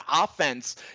offense